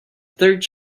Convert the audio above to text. third